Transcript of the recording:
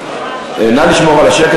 נא לשמור על השקט,